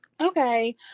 Okay